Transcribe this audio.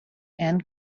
and